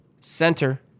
center